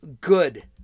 good